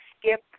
skip